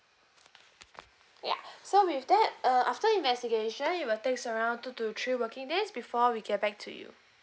ya so with that uh after investigation it till take around two to three working days before we get back to you